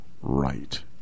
right